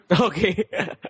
Okay